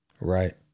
Right